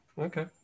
Okay